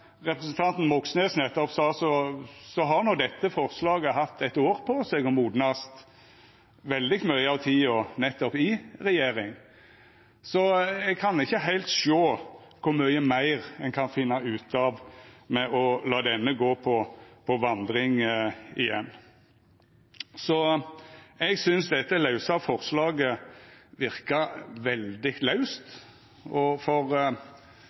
representanten Moxnes nettopp sa, har dette forslaget no hatt eit år på seg til å modnast – veldig mykje av tida nettopp i regjering, så eg kan ikkje heilt sjå kor mykje meir ein kan finna ut av ved å lata dette gå på vandring igjen. Eg synest dette lause forslaget verkar veldig laust. Eg og